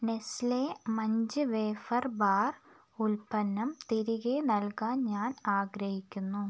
Nestle Munch wafer bar ഉൽപ്പന്നം തിരികെ നൽകാൻ ഞാൻ ആഗ്രഹിക്കുന്നു